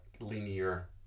linear